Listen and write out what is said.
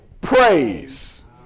praise